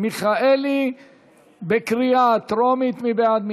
42 בעד.